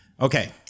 Okay